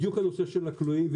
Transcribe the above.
בדיוק הנושא של הכלואים,